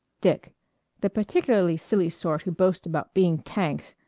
dick the particularly silly sort who boast about being tanks!